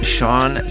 Sean